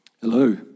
Hello